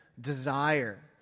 desire